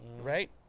right